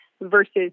versus